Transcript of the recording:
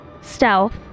stealth